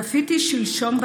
שלשום צפיתי בטלוויזיה